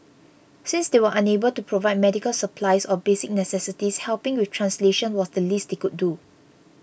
since they were unable to provide medical supplies or basic necessities helping with translations was the least they could do